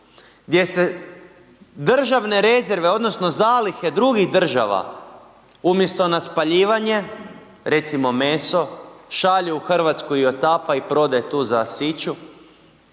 gdje se državne rezerve odnosno zalihe drugih država umjesto na spaljivanje, recimo meso, šalju u Hrvatsku i otapa i prodaje tu za siću,